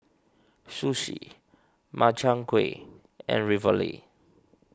Sushi Makchang Gui and Ravioli